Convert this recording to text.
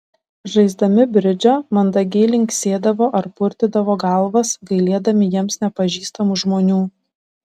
žaisdami bridžą mandagiai linksėdavo ar purtydavo galvas gailėdami jiems nepažįstamų žmonių